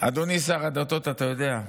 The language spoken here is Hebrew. אדוני שר הדתות, אתה יודע,